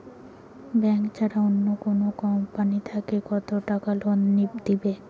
Bank ছাড়া অন্য কোনো কোম্পানি থাকি কত টাকা লোন দিবে?